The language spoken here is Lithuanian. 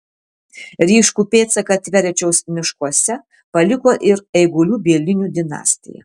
ryškų pėdsaką tverečiaus miškuose paliko ir eigulių bielinių dinastija